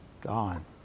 Gone